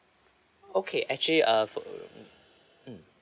okay actually uh for mm